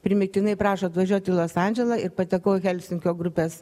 primygtinai prašo atvažiuot į los andželą ir patekau į helsinkio grupės